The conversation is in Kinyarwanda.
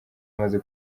imaze